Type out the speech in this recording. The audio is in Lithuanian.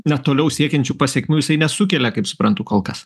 netoliau siekiančių pasekmių jisai nesukelia kaip suprantu kol kas